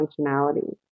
functionality